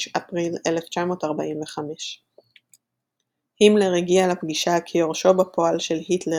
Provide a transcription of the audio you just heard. באפריל 1945. הימלר הגיע לפגישה כיורשו בפועל של היטלר,